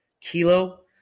Kilo